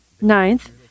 ninth